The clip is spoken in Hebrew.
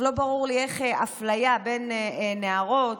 לא ברור לי איך אפליה בין נערות,